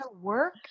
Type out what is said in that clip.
work